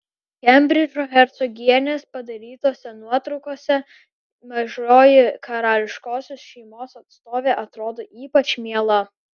kembridžo hercogienės padarytose nuotraukose mažoji karališkosios šeimos atstovė atrodo ypač miela